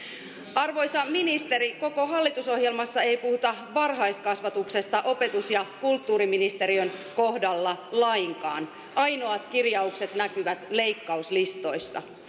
arvoisa ministeri koko hallitusohjelmassa ei puhuta varhaiskasvatuksesta opetus ja kulttuuriministeriön kohdalla lainkaan ainoat kirjaukset näkyvät leikkauslistoissa